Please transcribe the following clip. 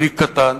טריק קטן,